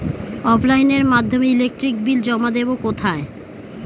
অফলাইনে এর মাধ্যমে ইলেকট্রিক বিল জমা দেবো কোথায়?